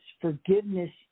Forgiveness